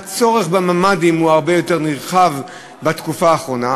הצורך בממ"דים הוא הרבה יותר נרחב בתקופה האחרונה,